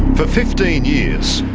for fifteen years,